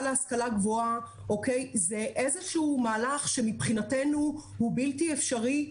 להשכלה גבוהה זה איזשהו מהלך שהוא מבחינתנו בלתי אפשרי.